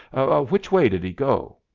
which way did he go?